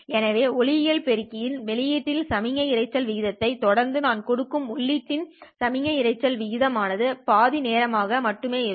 எனவே ஒளியியல் பெருக்கியின் வெளியீட்டில் சமிக்ஞை இரைச்சல் விகிதத்தை தொடர்ந்து நான் கொடுக்கும் உள்ளீட்டில் சமிக்ஞை இரைச்சல் விகிதம் ஆனது பாதி நேரமாக மட்டுமே இருக்கும்